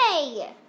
Hey